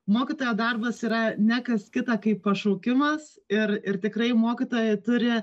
mokytojo darbas yra ne kas kita kaip pašaukimas ir ir tikrai mokytojai turi